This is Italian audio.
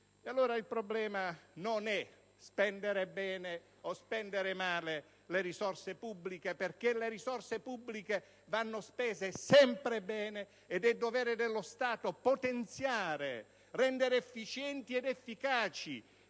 Allora il problema non è spendere bene o male le risorse pubbliche, perché le risorse pubbliche vanno spese sempre bene ed è dovere dello Stato potenziare e rendere efficienti e efficaci